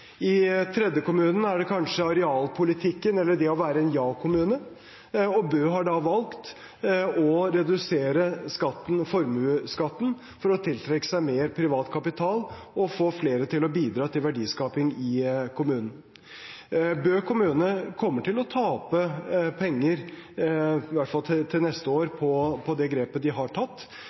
i den tredje kommunen er det kanskje arealpolitikken eller det å være en ja-kommune. Bø har valgt å redusere formuesskatten for å tiltrekke seg mer privat kapital og få flere til å bidra til verdiskaping i kommunen. Bø kommune kommer til å tape penger, i hvert fall neste år, på det grepet de har tatt.